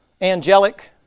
angelic